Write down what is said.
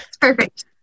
perfect